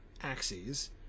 axes